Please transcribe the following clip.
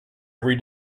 every